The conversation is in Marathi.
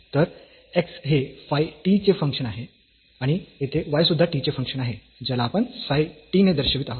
तर x हे फाय t चे फंक्शन आहे आणि येथे y सुध्दा t चे फंक्शन आहे ज्याला आपण साय t ने दर्शवित आहोत